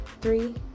three